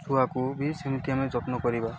ଛୁଆକୁ ବି ସେମିତି ଆମେ ଯତ୍ନ କରିବା